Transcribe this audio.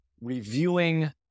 reviewing